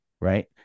right